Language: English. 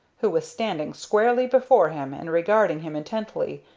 who was standing squarely before him and regarding him intently.